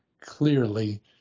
clearly